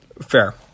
Fair